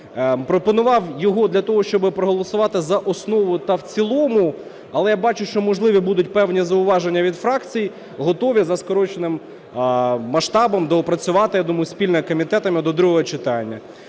Пропонував його для того, щоб проголосувати за основу та в цілому, але я бачу, що, можливо, будуть певні зауваження від фракцій. Готові за скороченим масштабом доопрацювати, я думаю, спільно комітетами до другого читання.